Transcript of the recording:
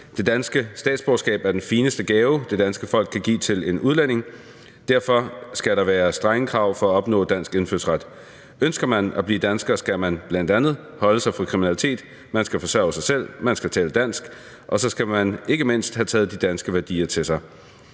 »Det danske statsborgerskab er den fineste gave, det danske folk kan give til en udlænding. Derfor skal der være strenge krav for at opnå dansk indfødsret. Ønsker man at blive dansker, skal man bl.a. holde sig fra kriminalitet, man skal forsørge sig selv, man skal tale dansk, og så skal man ikke mindst have taget de danske værdier til sig.